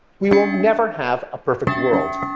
we will never have a perfect world,